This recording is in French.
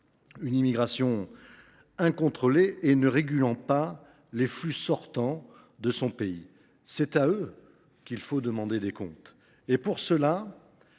une immigration incontrôlée et en ne régulant pas les flux sortant de son pays. C’est à lui qu’il faut demander des comptes ! Pour cela,